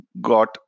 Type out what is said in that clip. got